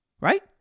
right